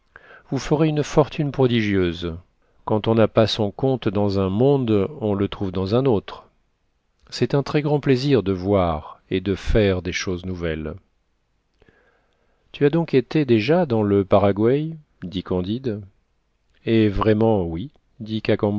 vous ferez une fortune prodigieuse quand on n'a pas son compte dans un monde on le trouve dans un autre c'est un très grand plaisir de voir et de faire des choses nouvelles tu as donc été déjà dans le paraguai dit candide eh vraiment oui dit